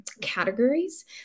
categories